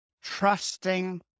trusting